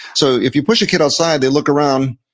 so if you push a kid outside, they look around.